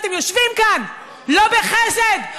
אתם יושבים כאן לא בחסד,